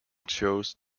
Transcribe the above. chose